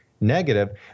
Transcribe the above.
negative